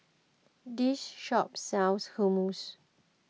this shop sells Hummus